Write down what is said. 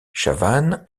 chavannes